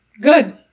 good